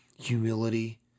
humility